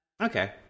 Okay